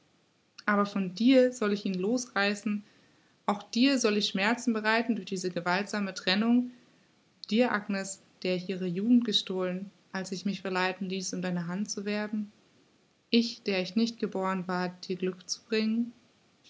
auch von dir soll ich ihn losreißen auch dir soll ich schmerzen bereiten durch diese gewaltsame trennung dir agnes der ich ihre jugend gestohlen als ich mich verleiten ließ um deine hand zu werben ich der ich nicht geboren ward dir glück zu bringen